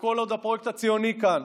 וכל עוד הפרויקט הציוני כאן.